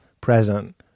present